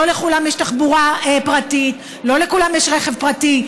לא לכולם יש תחבורה פרטית, לא לכולם יש רכב פרטי.